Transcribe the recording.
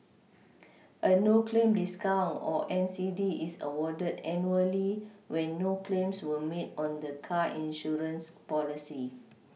a no claim discount or N C D is awarded annually when no claims were made on the car insurance policy